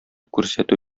күрсәтү